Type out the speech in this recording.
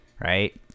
right